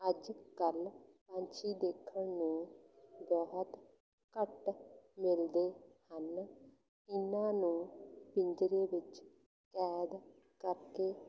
ਅੱਜ ਕੱਲ੍ਹ ਪੰਛੀ ਦੇਖਣ ਨੂੰ ਬਹੁਤ ਘੱਟ ਮਿਲਦੇ ਹਨ ਇਹਨਾਂ ਨੂੰ ਪਿੰਜਰੇ ਵਿੱਚ ਕੈਦ ਕਰਕੇ